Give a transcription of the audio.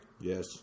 Yes